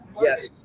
yes